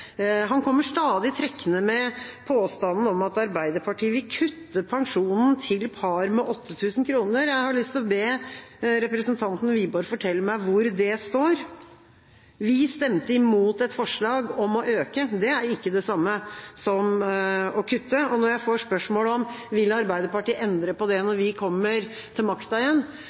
Han kommer stadig trekkende med påstanden om at Arbeiderpartiet vil kutte pensjonen til par med 8 000 kr. Jeg har lyst å be representanten Wiborg fortelle meg hvor det står. Vi stemte imot et forslag om å øke. Det er ikke det samme som å kutte. Og når jeg får spørsmål om Arbeiderpartiet vil endre på det når vi kommer til makten igjen,